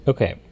Okay